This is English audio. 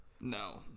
No